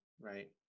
right